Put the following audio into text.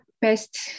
Best